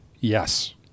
Yes